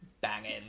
banging